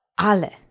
ale